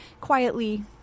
quietly